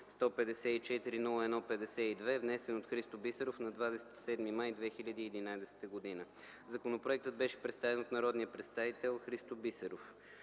154-01-52, внесен от Христо Бисеров на 27 май 2011 г. Законопроектът беше представен от народния представител Христо Бисеров.